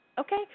Okay